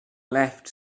left